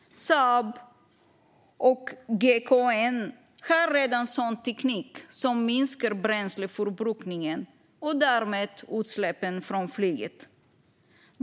Saab och GKN har redan sådan teknik som minskar bränsleförbrukningen och därmed utsläppen från flyget.